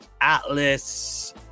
Atlas